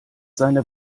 seine